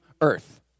earth